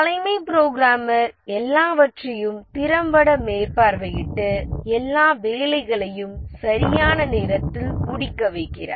தலைமை புரோகிராமர் எல்லாவற்றையும் திறம்பட மேற்பார்வையிட்டு எல்லா வேலைகளையும் சரியான நேரத்தில் முடிக்க வைக்கிறார்